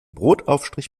brotaufstrich